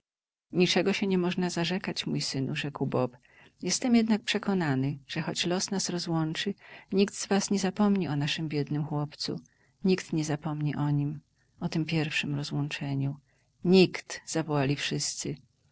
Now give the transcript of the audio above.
niczego się nie można zarzekać mój synu rzekł bob jestem jednak przekonany że choć los nas rozłączy nikt z was nie zapomni o naszym biednym chłopcu nikt nie zapomni o nim o tem pierwszem rozłączeniu nikt zawołali wszyscy